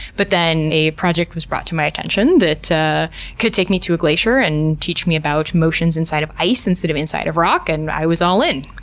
but then a project was brought to my attention that could take me to a glacier and teach me about motions inside of ice instead of inside of rock, and i was all in.